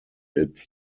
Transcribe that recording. its